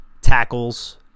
tackles